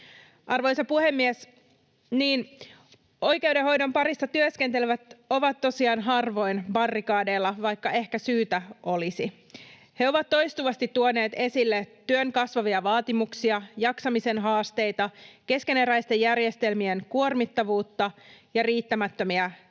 Arvoisa puhemies! Niin, oikeudenhoidon parissa työskentelevät ovat tosiaan harvoin barrikadeilla, vaikka ehkä syytä olisi. He ovat toistuvasti tuoneet esille työn kasvavia vaatimuksia, jaksamisen haasteita, keskeneräisten järjestelmien kuormittavuutta ja riittämättömiä resursseja.